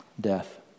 death